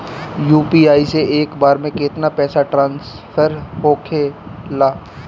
UPI से एक बार मे केतना पैसा ट्रस्फर होखे ला?